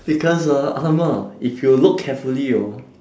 because ah !alamak! if you look carefully hor